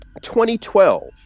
2012